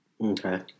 Okay